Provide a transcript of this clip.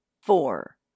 Four